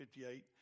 58